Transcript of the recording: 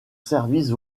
service